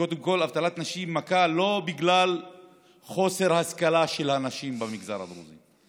קודם כול אבטלת נשים היא מכה לא בגלל חוסר השכלה של הנשים במגזר הדרוזי,